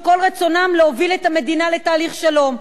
שכל רצונם להוביל את המדינה לתהליך שלום.